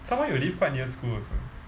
some more you live quite near school also